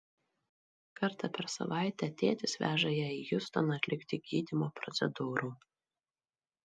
kartą per savaitę tėtis veža ją į hjustoną atlikti gydymo procedūrų